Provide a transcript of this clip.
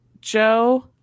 Joe